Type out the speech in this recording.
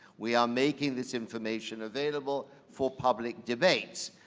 we are making this information available for public debates.